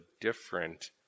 different